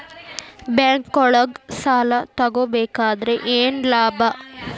ಬ್ಯಾಂಕ್ನೊಳಗ್ ಸಾಲ ತಗೊಬೇಕಾದ್ರೆ ಏನ್ ಲಾಭ?